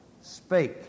Spake